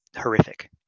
horrific